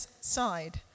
side